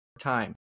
time